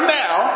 now